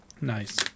Nice